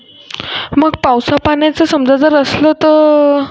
मग पावसापाण्याचं समजा जर असलं तर